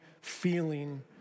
feeling